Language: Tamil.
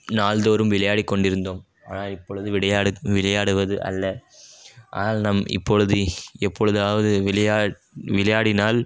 நாள்தோறும் விளையாடிக்கொண்டிருந்தோம் ஆனால் இப்பொழுது விளையாடு விளையாடுவது அல்ல ஆனால் நாம் இப்பொழுது எப்பொழுதாவது விளையா விளையாடினால்